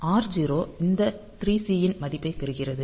r0 இந்த 3C இன் மதிப்பைப் பெறுகிறது